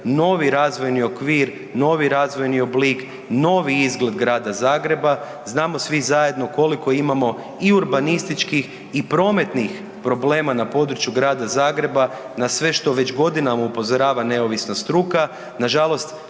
novi razvojni okvir, novi razvojni oblik, novi izgled Grada Zagreba. Znamo svi zajedno koliko imamo i urbanističkih i prometnih problema na području Grada Zagreba, na sve što već godinama upozorava neovisna struka,